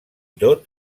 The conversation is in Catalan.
tot